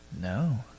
No